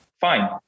Fine